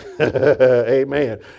Amen